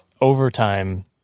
overtime